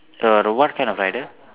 err the what kind of rider